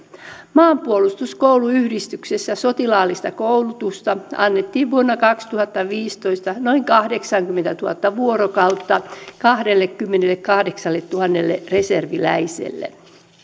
maanpuolustuskoulutusyhdistyksessä sotilaallista koulutusta annettiin vuonna kaksituhattaviisitoista noin kahdeksankymmentätuhatta vuorokautta kahdellekymmenellekahdeksalletuhannelle reserviläiselle